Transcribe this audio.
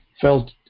felt